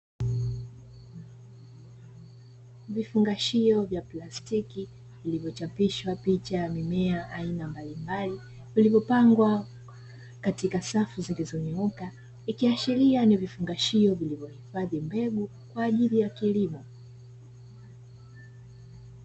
Vifungashio vya plastiki vilivyochapishwa picha ya mimea aina mbalimbali, vilivyopangwa katika safu zilizonyooka ikiashiria ni vifungashio vilivyohifadhi mbegu kwa ajili ya kilimo.